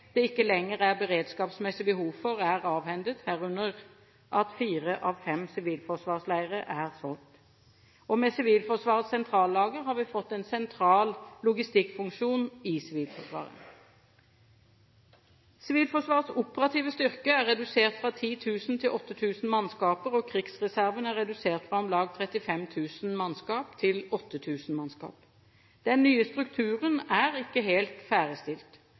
det ikke lenger er beredskapsmessig behov for, er avhendet, herunder er fire av fem sivilforsvarsleirer solgt. Med Sivilforsvarets sentrallager har vi fått en sentral logistikkfunksjon i Sivilforsvaret. Sivilforsvarets operative styrke er redusert fra 10 000 til 8 000 mannskap, og krigsreserven er redusert fra om lag 35 000 mannskap til 8 000 mannskap. Den nye strukturen er ikke helt